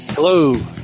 Hello